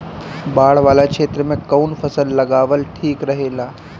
बाढ़ वाला क्षेत्र में कउन फसल लगावल ठिक रहेला?